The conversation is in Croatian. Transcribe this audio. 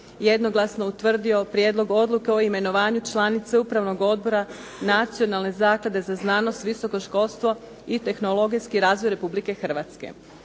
jednoglasno utvrdio prijedlog Odluke o imenovanju članice Upravnog odbora Nacionalne zaklade za znanost, visoko školstvo i tehnologijski razvoj Republike Hrvatske.